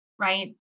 right